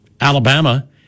Alabama